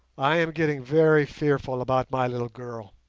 i am getting very fearful about my little girl.